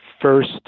first